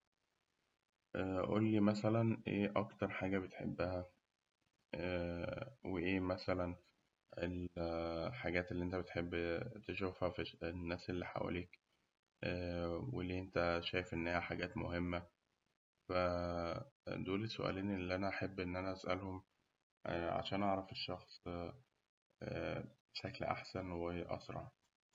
قولي إيه أكتر حاجة بتحبها؟ وإيه مثلاً أكتر حاجة بتحب تش- تشوفها في الناس اللي حواليك وليه أنت شايف إنها حاجات مهمة؟ ف دول السؤالين اللي أحب إن أنا أسألهم عشان أعرف الشخص بشكل أحسن وأسرع.